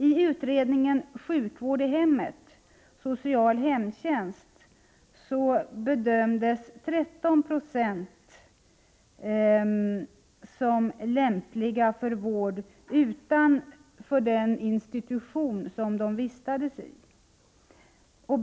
I utredningen Sjukvård i hemmet, social hemtjänst bedömdes 13 96 vara lämpade för vård utanför den institution som de vistades i.